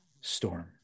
storm